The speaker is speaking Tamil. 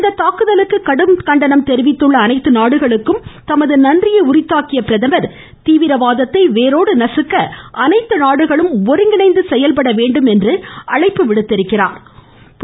இந்த தாக்குதலுக்கு கடும் கண்டனம் தெரிவித்துள்ள அனைத்து நாடுகளுக்கும் தமது நன்றியை உரித்தாக்கிய பிரதமர் தீவிரவாதத்தை வேரோடு நசுக்க அனைத்து நாடுகளும் ஒருங்கிணைந்து செயல்பட வேண்டும் என்று அழைப்பு விடுத்திருக்கிறார்